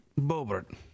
bobert